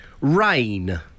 Rain